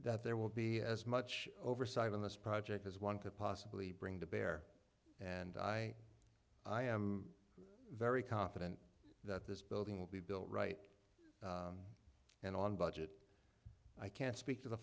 that there will be as much oversight on this project as one can possibly bring to bear and i am very confident that this building will be built right and on budget i can't speak to the